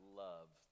love